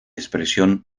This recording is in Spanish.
expresión